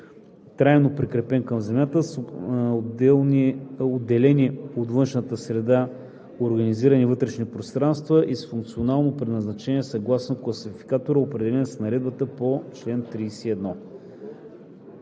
трайно прикрепен към земята, с отделени от външната среда организирани вътрешни пространства и с функционално предназначение съгласно класификатора, определен с наредбата по чл. 31;“